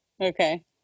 Okay